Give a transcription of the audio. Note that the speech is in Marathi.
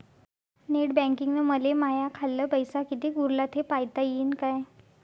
नेट बँकिंगनं मले माह्या खाल्ल पैसा कितीक उरला थे पायता यीन काय?